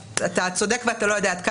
אתה צודק ואתה לא יודע עד כמה.